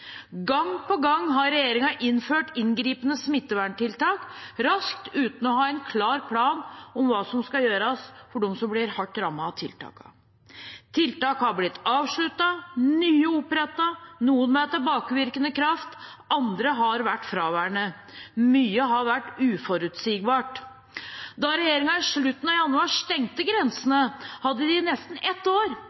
Gang på gang har regjeringen innført inngripende smittevernstiltak raskt, uten å ha en klar plan for hva som kan gjøres for dem som blir rammet hardt av tiltakene. Tiltak har blitt avsluttet, nye er opprettet, noen med tilbakevirkende kraft, og andre har vært fraværende. Mye har vært uforutsigbart. Da regjeringen i slutten av januar stengte grensene, hadde de i nesten et år